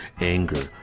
anger